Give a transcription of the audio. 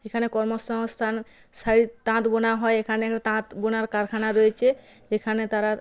এখানে কর্মসংস্থান শাড়ির তাঁত বোনা হয় এখানের তাঁত বোনার কারখানা রয়েছে এখানে তারা